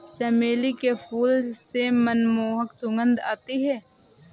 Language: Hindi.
चमेली के फूल से मनमोहक सुगंध आती है